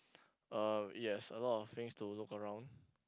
uh it has a lot of things to look around